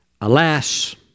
Alas